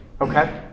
okay